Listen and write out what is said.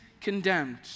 condemned